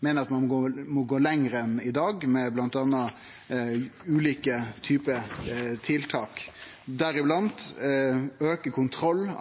meiner opposisjonen at ein må gå lenger enn i dag med ulike typar tiltak, m.a. auke kontrollen